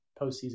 postseason